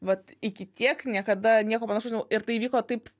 vat iki tiek niekada nieko panašaus nebuvo ir tai įvyko taip